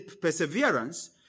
perseverance